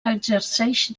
exerceix